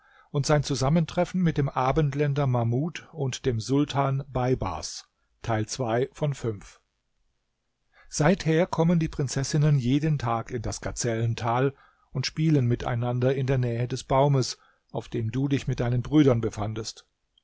seither kommen die prinzessinnen jeden tag in das gazellental und spielen miteinander in der nähe des baumes auf dem du dich mit deinen brüdern befandest